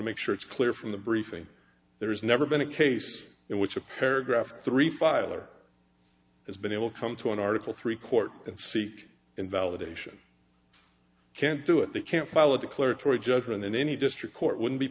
to make sure it's clear from the briefing there's never been a case in which a paragraph or three five other has been able to come to an article three court and seek validation can't do it they can't follow declaratory judgment in any district court would